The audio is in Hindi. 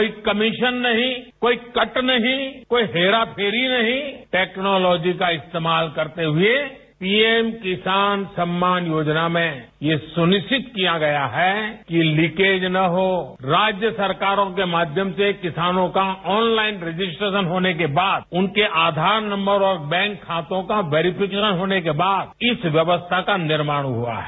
कोई कमीशन नहीं कोई कट नहीं कोई हेराफेरी नहीं टेक्नोलॉजी का इस्तेमाल करते हुए पीएम किसान सम्मान योजना में यह सुनिश्चित किया गया है कि लीकेज ना हो राज्य सरकारों के माध्यम से किसानों का ऑनलाइन रजिस्ट्रेशन होने के बाद उनके आधार नंबर और बैंक खातों का वेरीफिकेशन के बाद इस व्यवस्था का निर्माण हुआ है